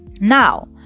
now